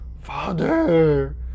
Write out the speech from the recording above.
father